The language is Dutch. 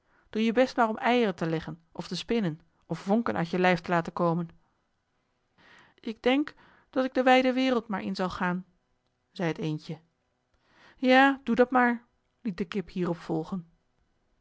doe je best maar om eieren te leggen of te spinnen of vonken uit je lijf te laten komen ik denk dat ik de wijde wereld maar in zal gaan zei het eendje ja doe dat maar liet de kip hierop volgen